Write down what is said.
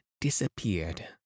disappeared